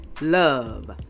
love